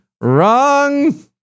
wrong